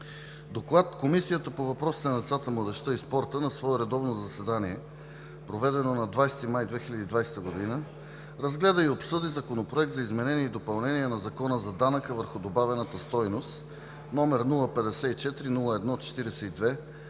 „ДОКЛАД Комисията по въпросите на децата, младежта и спорта на свое редовно заседание, проведено на 20 май 2020 г., разгледа и обсъди Законопроект за изменение и допълнение на Закона за данък върху добавената стойност, № 054-01-42,